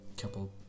couple